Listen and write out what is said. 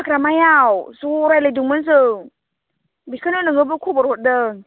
हाग्रामायाव ज' रायज्लायदोंमोन जों बेखौनो नोंनोबो खबर हरदों